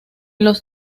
los